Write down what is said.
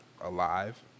alive